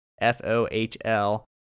F-O-H-L